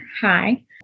Hi